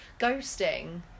ghosting